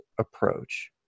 approach